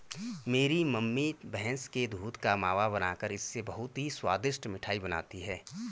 मेरी मम्मी भैंस के दूध का मावा बनाकर इससे बहुत ही स्वादिष्ट मिठाई बनाती हैं